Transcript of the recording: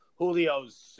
Julio's –